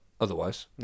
otherwise